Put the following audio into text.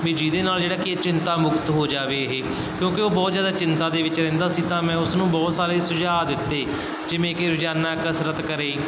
ਵੀ ਜਿਹਦੇ ਨਾਲ ਜਿਹੜਾ ਕਿ ਚਿੰਤਾ ਮੁਕਤ ਹੋ ਜਾਵੇ ਇਹ ਕਿਉਂਕਿ ਉਹ ਬਹੁਤ ਜ਼ਿਆਦਾ ਚਿੰਤਾ ਦੇ ਵਿੱਚ ਰਹਿੰਦਾ ਸੀ ਤਾਂ ਮੈਂ ਉਸ ਨੂੰ ਬਹੁਤ ਸਾਰੇ ਸੁਝਾਅ ਦਿੱਤੇ ਜਿਵੇਂ ਕਿ ਰੋਜ਼ਾਨਾ ਕਸਰਤ ਕਰੇ